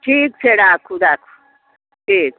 ठीक छै राखू राखू ठीक